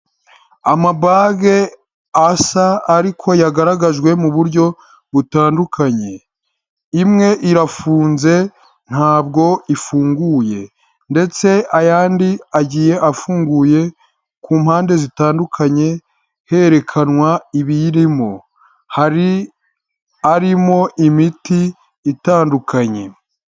Amabage asa ariko yagaragajwe mu buryo butandukanye imwe irafunze ntabwo ifunguye ndetse ayandi agiye afunguye ku mpande zitandukanye herekanwa ibiyirimo, hari arimo imiti itandukanye.